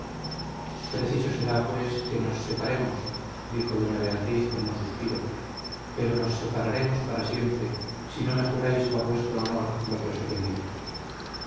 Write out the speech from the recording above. preciso será pues que nos separemos dijo doña beatriz con un suspiro pero nos separaremos para siempre si no me juráis por vuestro honor lo que os he pedido